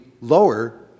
lower